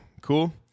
Cool